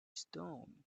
stoned